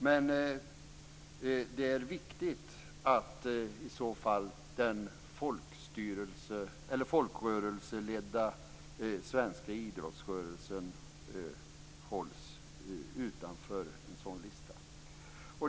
Men det är viktigt att den folkrörelseledda svenska idrotten i så fall hålls utanför en sådan lista.